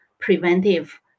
preventive